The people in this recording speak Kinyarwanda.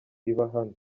iba